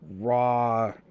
raw